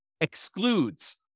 excludes